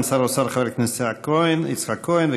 תודה לסגן שר האוצר חבר הכנסת יצחק כהן,